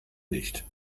nicht